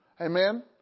amen